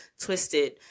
twisted